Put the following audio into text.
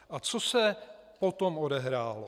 A co se potom odehrálo?